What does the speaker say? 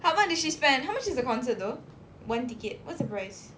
how much did she spend how much is the concert though one ticket what's the price